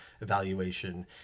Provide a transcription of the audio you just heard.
evaluation